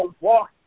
walk